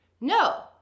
No